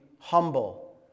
humble